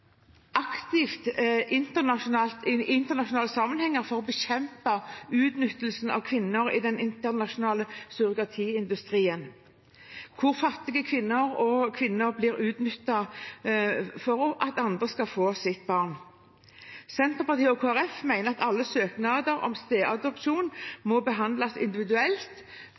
aktivt i internasjonale sammenhenger for å bekjempe utnyttelse av kvinner i den internasjonale surrogatiindustrien, hvor fattige kvinner blir utnyttet for at andre skal få sitt barn. Senterpartiet og Kristelig Folkeparti mener at alle søknader om stebarnsadopsjon må behandles individuelt